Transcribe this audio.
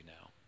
now